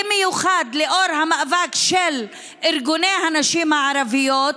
במיוחד לנוכח המאבק של ארגוני הנשים הערביות,